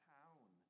town